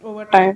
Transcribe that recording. over time